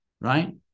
right